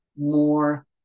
more